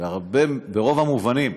ברוב המובנים.